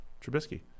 Trubisky